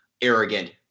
arrogant